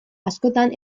askotan